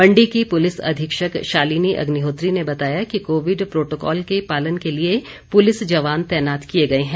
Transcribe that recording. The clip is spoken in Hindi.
मंडी की पुलिस अधीक्षक शालिनी अग्निहोत्री ने बताया कि कोविड प्रोटोकॉल के पालन के लिए पुलिस जवान तैनात किये गए है